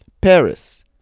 Paris